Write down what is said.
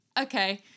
Okay